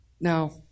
Now